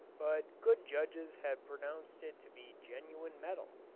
but good judges have pronounced it to be genuine metal.